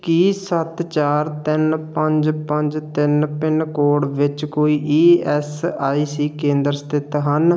ਕੀ ਸੱਤ ਚਾਰ ਤਿੰਨ ਪੰਜ ਪੰਜ ਤਿੰਨ ਪਿੰਨ ਕੋਡ ਵਿੱਚ ਕੋਈ ਈ ਐਸ ਆਈ ਸੀ ਕੇਂਦਰ ਸਥਿਤ ਹਨ